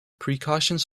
precautions